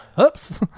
oops